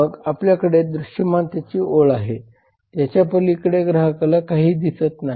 मग आपल्याकडे दृश्यमानतेची ओळ आहे ज्याच्या पलीकडे ग्राहकाला काहीही दिसत नाही